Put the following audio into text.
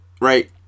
right